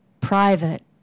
private